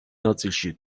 ნაწილში